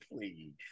Please